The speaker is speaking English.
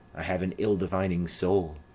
i have an ill-divining soul!